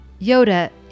Yoda